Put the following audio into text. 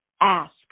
ask